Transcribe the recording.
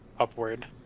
upward